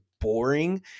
boring